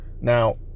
Now